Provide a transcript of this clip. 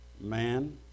man